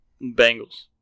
Bengals